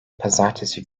pazartesi